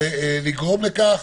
לגרום לכך